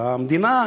אלא למדינה,